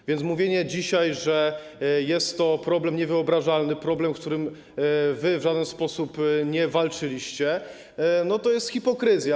A więc mówienie dzisiaj, że jest to problem niewyobrażalny, problem z którym wy w żaden sposób nie walczyliście, to jest hipokryzja.